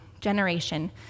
generation